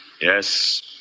Yes